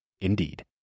Indeed